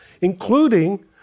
including